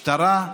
משטרה,